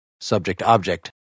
subject-object